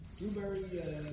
blueberry